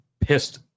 pissed